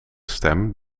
stem